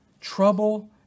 Trouble